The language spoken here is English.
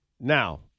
Now